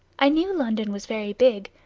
i knew london was very big,